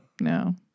No